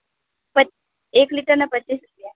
પછ એક લીટર ને પચ્ચીસ રૂપિયા